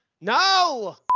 No